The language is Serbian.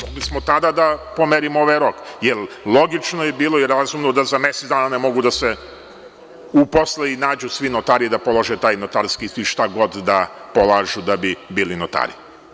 Mogli smo tada da pomerimo ovaj rok, jer logično je bilo i razumno da za mesec dana ne mogu da se uposle i nađu svi notari da polože taj notarski ispit ili šta god da polažu da bi bili notari.